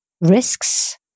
risks